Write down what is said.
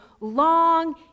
long